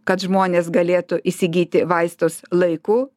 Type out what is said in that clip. kad žmonės galėtų įsigyti vaistus laiku